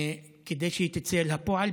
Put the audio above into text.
כדי שהיא תצא אל הפועל,